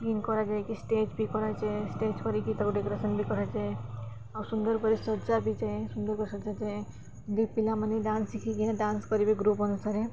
clean କରାଯାଏ କି stage ବି କରାଯାଏ ଷ୍ଟେଜ୍ କରିକି ତାକୁ ଡେକୋରେସନ୍ ବି କରାଯାଏ ଆଉ ସୁନ୍ଦର କରି ସଜା ବି ଯାଏ ସୁନ୍ଦର କରି ସଜା ଯାଏ ଦୁଇ ପିଲାମାନେ ଡାନ୍ସ ଶିଖିକି ନା ଡାନ୍ସ କରିବେ ଗ୍ରୁପ୍ ଅନୁସାରେ